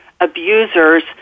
abusers